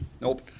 Nope